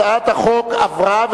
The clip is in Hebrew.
הצעת החוק עברה,